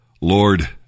Lord